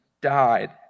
died